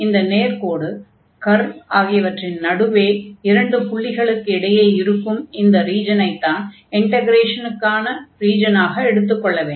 இந்த நேர்க்கோடு கர்வ் அகியவற்றின் நடுவே இரண்டு புள்ளிகளுக்கு இடையே இருக்கும் இந்த ரீஜனைத்தான் இன்டக்ரேஷனுக்கான ரீஜனாக எடுத்துக்கொள்ள வேண்டும்